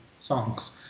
songs